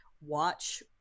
watch